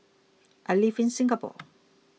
I live in Singapore